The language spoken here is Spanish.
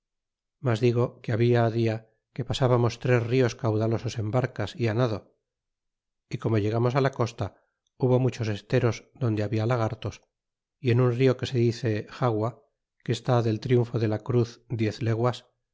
mas digo que habia dia que pasábamos tres nos caudalosos en barcas y á nado y como llegamos á la costa hubo muchos esteros donde habla lagartos y en un rio que se dice xagua que está del triunfo de la cruz diez eguas